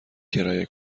کرایه